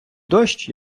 дощ